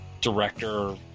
director